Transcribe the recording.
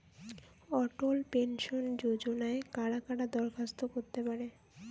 অটল pension যোজনায় কারা কারা দরখাস্ত করতে পারে?